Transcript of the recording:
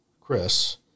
Chris